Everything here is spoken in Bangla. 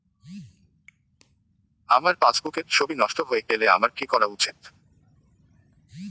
আমার পাসবুকের ছবি নষ্ট হয়ে গেলে আমার কী করা উচিৎ?